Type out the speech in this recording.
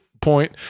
point